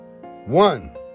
one